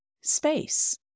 Space